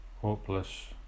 hopeless